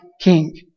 king